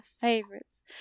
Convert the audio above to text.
favorites